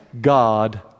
God